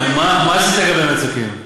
מה עשית לגבי המצוקים?